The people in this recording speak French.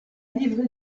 livré